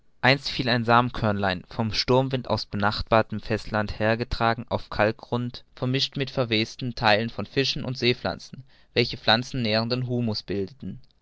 einst fiel ein samenkörnlein vom sturmwind aus benachbartem festland hergetragen auf kalkgrund vermischt mit verwesten theilen von fischen und seepflanzen welche pflanzennährenden humus bildeten